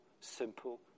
simple